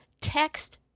Text